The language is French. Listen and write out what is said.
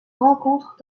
rencontrent